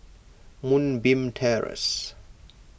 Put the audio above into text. Moonbeam Terrace